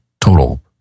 total